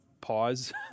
pause